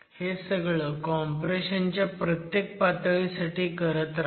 हे सगळं कॉम्प्रेशन च्या प्रत्येक पातळीसाठी करत रहा